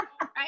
Right